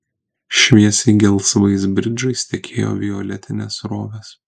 šviesiai gelsvais bridžais tekėjo violetinės srovės